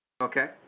Okay